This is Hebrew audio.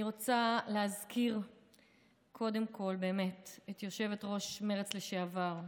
אני רוצה להזכיר קודם כול את יושבת-ראש מרצ לשעבר,